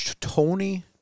Tony